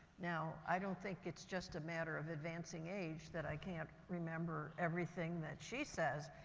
now, i don't think it's just a matter of advancing age that i can't remember everything that she says,